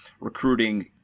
recruiting